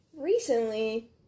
Recently